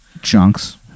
Chunks